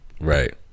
Right